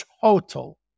total